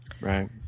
Right